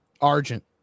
Argent